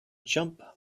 jump